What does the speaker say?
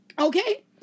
Okay